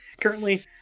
currently